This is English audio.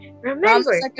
Remember